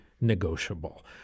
negotiable